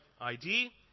ID